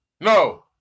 no